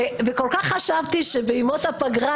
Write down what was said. וכל כך חשבתי שבימות הפגרה,